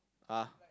!huh!